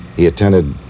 he attended